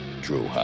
Drew